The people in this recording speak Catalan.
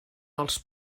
els